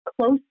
Close